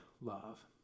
love